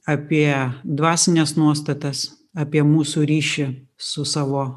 apie dvasines nuostatas apie mūsų ryšį su savo